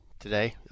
today